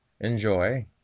enjoy